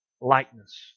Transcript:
likeness